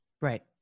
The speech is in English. right